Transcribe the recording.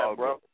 bro